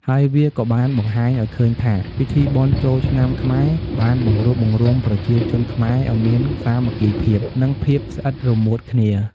ហើយវាក៏បានបង្ហាញឱ្យឃើញថា ពិធីបុណ្យចូលឆ្នាំខ្មែរបានបង្រួបបង្រួមប្រជាជនខ្មែរឲ្យមានសាមគ្គីភាព និងភាពស្អិតរមួតគ្នា។